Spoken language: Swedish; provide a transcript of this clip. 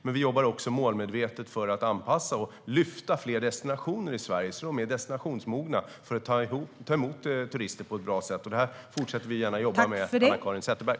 Men vi jobbar också målmedvetet för att anpassa och lyfta fram fler destinationer i Sverige, så att de är destinationsmogna för att ta emot turister på ett bra sätt. Detta fortsätter vi gärna att jobba med, Anna-Caren Sätherberg.